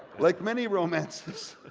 like many romances,